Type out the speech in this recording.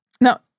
Now